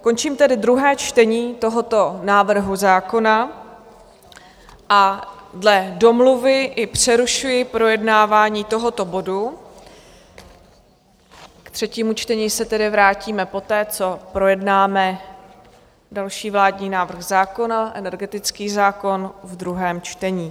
Končím tedy druhé čtení tohoto návrhu zákona a dle domluvy i přerušuji projednávání tohoto bodu, k třetímu čtení se tedy vrátíme poté, co projednáme další vládní návrh zákona, energetický zákon, v druhém čtení.